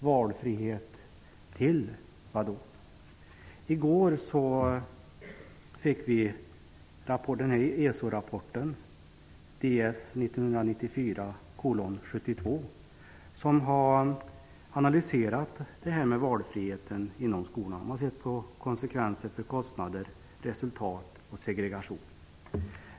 Valfrihet till vad? I går fick vi ESO-rapporten, Ds 1994:72, som har analyserat valfriheten inom skolan. Man har sett på konsekvenser för kostnader, resultat och segregation.